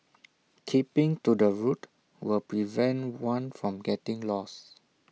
keeping to the route will prevent one from getting lost